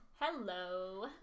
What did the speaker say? Hello